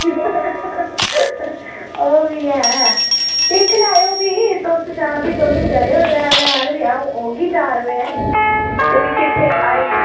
ओह्बी ऐ ते दिक्खी लैयो भी ते दिक्खेओ तुस चलेओ त्रै बजे हारे अंऊ औगी चैार बजे ऐ नी भी किट्ठे आई